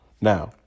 Now